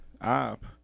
app